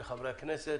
לחברי הכנסת